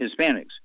Hispanics